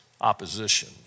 opposition